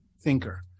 thinker